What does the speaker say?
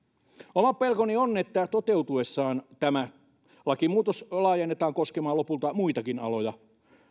oma pelkoni on että toteutuessaan tämä lakimuutos laajennetaan koskemaan lopulta muitakin aloja